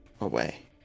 away